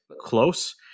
close